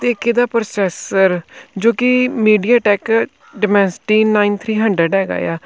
ਅਤੇ ਇਕ ਇਹਦਾ ਪ੍ਰੋਸੈਸਰ ਜੋ ਕਿ MediaTek Dimensity nine three hundred ਹੈਗਾ ਆ